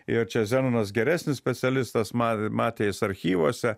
ir čia zenonas geresnis specialistas ma matė jis archyvuose